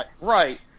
Right